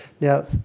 Now